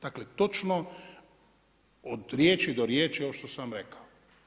Dakle, točno od riječi do riječi ono što sam vam rekao.